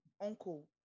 uncle